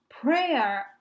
Prayer